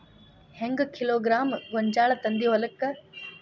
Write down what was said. ಹೆಂಗ್ ಕಿಲೋಗ್ರಾಂ ಗೋಂಜಾಳ ತಂದಿ ಹೊಲಕ್ಕ?